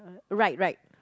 right right